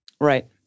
Right